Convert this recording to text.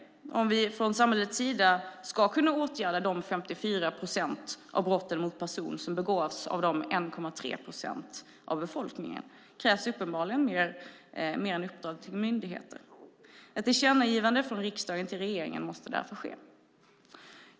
Om vi från samhällets sida ska kunna åtgärda de 54 procent av brotten mot person som begås av de 1,3 procenten av befolkningen krävs uppenbarligen mer än uppdrag till myndigheter. Ett tillkännagivande från riksdagen till regeringen måste därför ske.